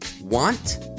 want